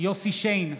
יוסף שיין,